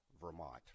Vermont